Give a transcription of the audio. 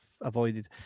avoided